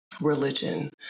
religion